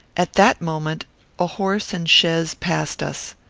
at that moment a horse and chaise passed us.